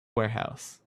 warehouse